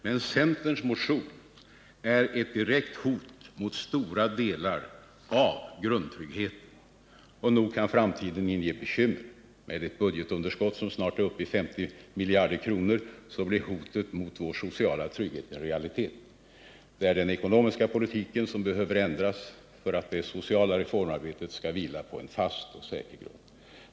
Men centerns motion är ett direkt hot mot stora delar av grundtryggheten. Och nog kan främtiden inge bekymmer. Med ett budgetunderskott som snart är uppe i 50 miljarder kronor blir hotet mot vår sociala trygghet en realitet. Det är den ekonomiska politiken som behöver ändras för att det sociala reformarbetet skall vila på en fast och säker grund.